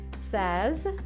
says